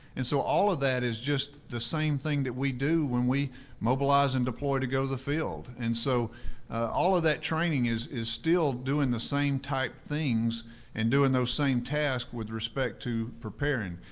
and so all of that is just the same thing that we do when we mobilize and deploy to go to the field. and so all of that training is is still doing the same type things and doing those same tasks with respect to preparing.